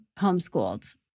homeschooled